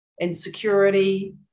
insecurity